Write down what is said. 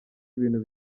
ibintu